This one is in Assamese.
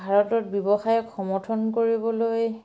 ভাৰতত ব্যৱসায়ক সমৰ্থন কৰিবলৈ